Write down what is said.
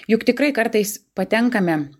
juk tikrai kartais patenkame